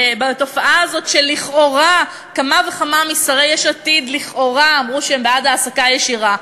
והתופעה הזאת שכמה וכמה משרי יש עתיד לכאורה אמרו שהם בעד העסקה ישירה,